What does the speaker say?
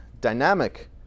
dynamic